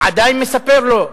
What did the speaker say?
עדיין מספר לו.